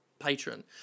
patron